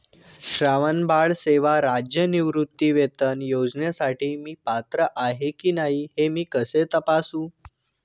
श्रावणबाळ सेवा राज्य निवृत्तीवेतन योजनेसाठी मी पात्र आहे की नाही हे मी कसे तपासू?